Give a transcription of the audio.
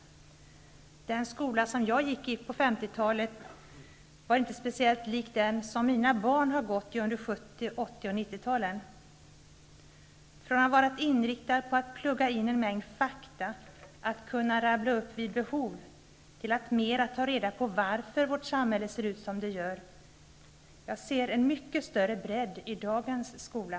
Den skola som jag gick i på 50-talet var inte speciellt lik den som mina barn har gått i under 70-, 80 och 90-talen. Skolan har förändrats, från att ha varit inriktad på att eleverna skulle plugga in en mängd fakta att kunna rabbla upp vid behov, till att mera inriktas på att de skall ta reda på varför vårt samhälle ser ut som det gör. Jag ser en mycket större bredd i dagens skola.